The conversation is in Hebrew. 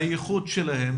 והייחוד שלהם,